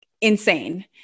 insane